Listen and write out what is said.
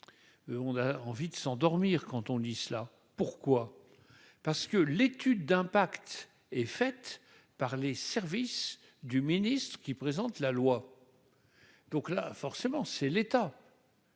on a envie de s'endormir quand on lit cela pourquoi parce que l'étude d'impact est faite par les services du Ministre qui présente la loi, donc là, forcément, c'est l'État.